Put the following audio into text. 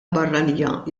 barranija